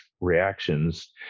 reactions